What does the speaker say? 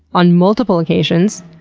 on multiple occasions.